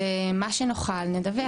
מה שנוכל נדווח.